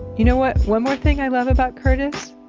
you know what? one more thing i love about curtis?